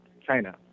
China